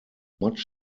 much